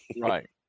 right